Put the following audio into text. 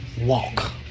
walk